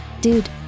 dude